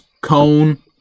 Cone